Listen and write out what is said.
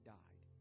died